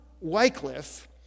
Wycliffe